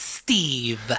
Steve